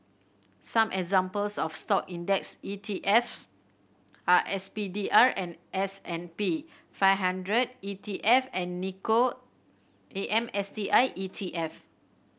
some examples of Stock index E T F s are S P D R and S and P five hundred E T F and Nikko A M S T I E T F